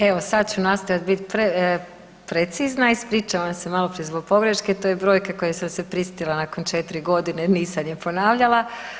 Evo sad ću nastojati bit precizna, ispričavam se maloprije zbog pogreške, to je brojka koju sam se prisjetila nakon 4 g., nisam je ponavljala.